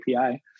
API